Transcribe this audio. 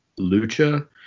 lucha